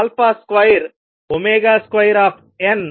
కనుక 0Tv2tdt 22CC αTఅవుతుంది